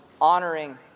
honoring